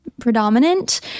predominant